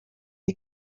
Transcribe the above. the